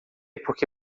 porque